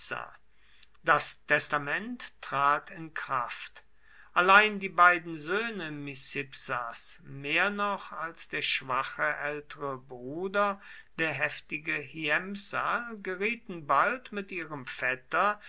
das testament trat in kraft allein die beiden söhne micipsas mehr noch als der schwache ältere bruder der heftige hiempsal gerieten bald mit ihrem vetter